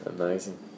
Amazing